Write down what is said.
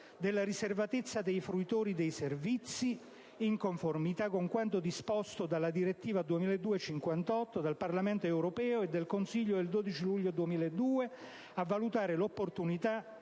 della riservatezza dei fruitori dei servizi, in conformità con quanto disposto dalla direttiva 2002/58/CE del Parlamento europeo e del Consiglio del 12 luglio 2002. L'ordine